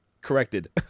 corrected